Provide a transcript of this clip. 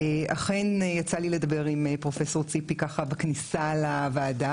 אכן, יצא לי לדבר עם פרופ' ציפי בכניסה לוועדה,